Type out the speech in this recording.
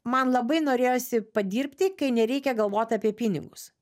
man labai norėjosi padirbti kai nereikia galvoti apie pinigus